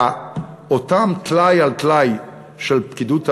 ואותם טלאי על טלאי של פקידות האוצר,